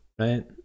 right